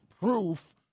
proof